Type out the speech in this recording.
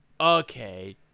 Okay